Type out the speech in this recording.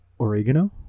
oregano